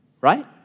right